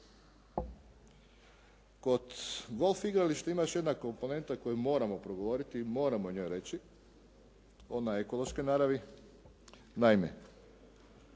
Kod golf igrališta ima još jedna komponenta o kojoj moramo progovoriti, moramo o njoj reći. Ona je ekološke naravi. Naime,